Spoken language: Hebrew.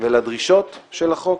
ולדרישות של החוק,